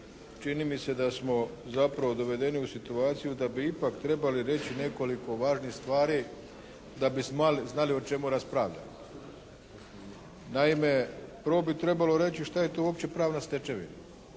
Čini mi se da smo zapravo dovedeni u situaciju da bi ipak trebali reći nekoliko važnih stvari da bi znali o čemu raspravljamo. Naime, prvo bi trebalo reći šta je to uopće pravna stečevina.